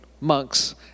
monks